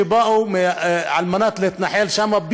שבאו להתנחל שם,